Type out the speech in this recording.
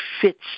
fits